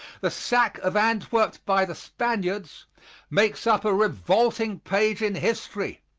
the sack of antwerp by the spaniards makes up a revolting page in history.